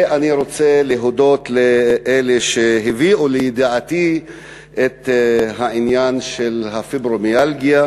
ואני רוצה להודות לאלה שהביאו לידיעתי את העניין של הפיברומיאלגיה